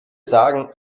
sagen